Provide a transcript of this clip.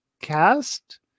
cast